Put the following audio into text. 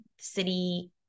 city